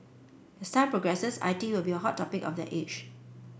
as time progresses I T will be a hot topic of that age